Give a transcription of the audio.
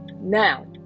Now